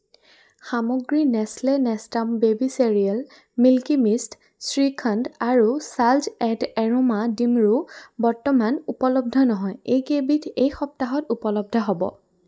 সামগ্ৰী Nestle Nestum baby cereal milky মিষ্ট শ্ৰীখণ্ড আৰু চাল্জ এণ্ড এৰোমা ডিমৰু বৰ্তমান উপলব্ধ নহয় এইকেইবিধ এই সপ্তাহত উপলব্ধ হ'ব